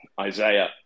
Isaiah